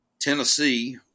Tennessee